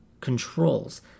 controls